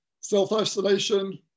self-isolation